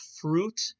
fruit